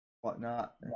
whatnot